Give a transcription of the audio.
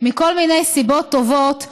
מכל מיני סיבות טובות,